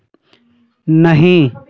नहीं